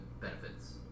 benefits